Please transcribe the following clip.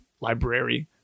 library